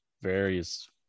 various